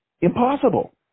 impossible